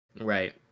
Right